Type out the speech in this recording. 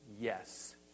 Yes